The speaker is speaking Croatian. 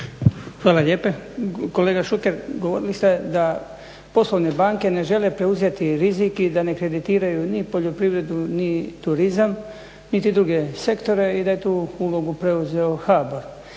Hvala lijepa. Kolega Šuker, govorili ste da poslovne banke ne žele preuzeti rizik i da ne kreditiraju ni poljoprivredu ni turizam niti druge sektore i da je tu ulogu preuzeo HBOR.